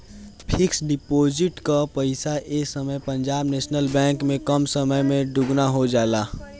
fix deposit कअ पईसा ए समय पंजाब नेशनल बैंक में कम समय में दुगुना हो जाला